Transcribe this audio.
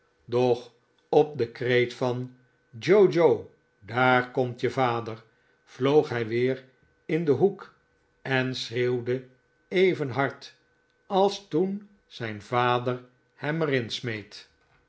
doch op de kreet van joe joe daarkomt je vader vloog hij weer in den hoek en schreeuwde even hard als toen zijn vader hem er in smeet